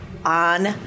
On